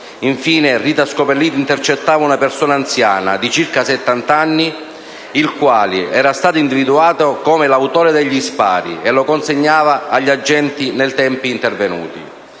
Infine, Rita Scopelliti intercettava un uomo anziano, di circa settant'anni, il quale era stato individuato come l'autore degli spari e lo consegnava agli agenti nel frattempo intervenuti.